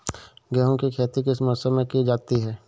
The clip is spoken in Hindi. गेहूँ की खेती किस मौसम में की जाती है?